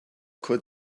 could